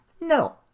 no